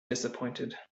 disappointed